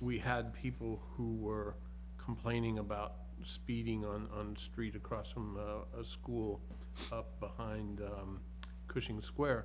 we had people who were complaining about speeding on on street across from the school behind cushing square